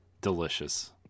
delicious